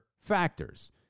factors